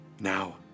Now